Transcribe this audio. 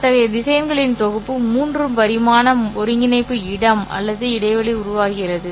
அத்தகைய திசையன்களின் தொகுப்பு 3 பரிமாண ஒருங்கிணைப்பு இடம் அல்லது 3 பரிமாண இடத்தை உருவாக்குகிறது